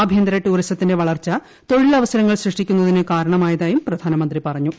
ആഭ്യന്തര ടൂറിസത്തിന്റെ വളർച്ച തൊഴിലവസരങ്ങൾ സൃഷ്ടിക്കുന്നതിന് കാരണമായതായും പ്രധാനമന്ത്രി പറഞ്ഞു